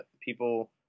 people